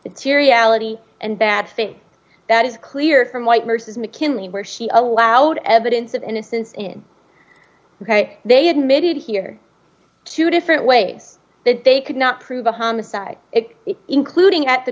bad thing that is clear from white versus mckinley where he allowed evidence of innocence in ok they admitted here two different ways that they could not prove a homicide it including at the